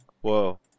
Whoa